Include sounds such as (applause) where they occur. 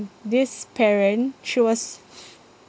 this parent she was (noise)